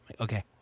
Okay